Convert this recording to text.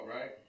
right